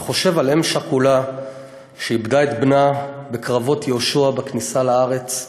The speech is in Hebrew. אני חושב על אם שכולה שאיבדה את בנה בקרבות יהושע בכניסה לארץ,